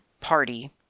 party